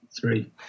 three